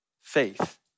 faith